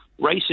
racist